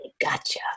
gotcha